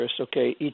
okay